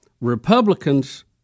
Republicans